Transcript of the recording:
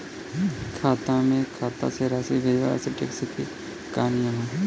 खाता से खाता में राशि भेजला से टेक्स के का नियम ह?